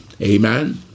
Amen